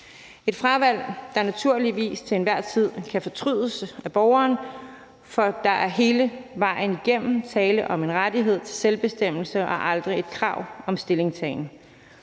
et fravalg, der naturligvis til enhver tid kan fortrydes af borgeren, for der er hele vejen igennem tale om en rettighed til selvbestemmelse og aldrig et krav om stillingtagen.